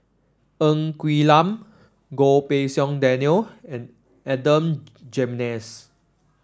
Ng Quee Lam Goh Pei Siong Daniel and Adan Jimenez